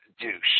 Douche